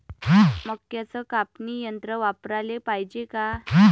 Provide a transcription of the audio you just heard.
मक्क्याचं कापनी यंत्र वापराले पायजे का?